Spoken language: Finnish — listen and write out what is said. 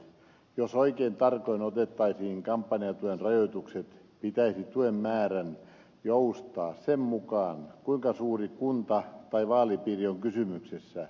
jos oikein tarkoin otettaisiin kampanjatuen rajoitukset pitäisi tuen määrän joustaa sen mukaan kuinka suuri kunta tai vaalipiiri on kysymyksessä